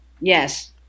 yes